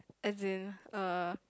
as in uh